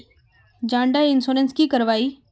जान डार इंश्योरेंस की करवा ई?